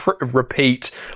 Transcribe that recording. repeat